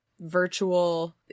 virtual